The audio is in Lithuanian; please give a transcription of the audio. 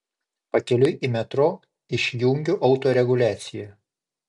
pakeliui į metro išjungiu autoreguliaciją